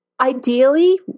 Ideally